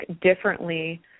differently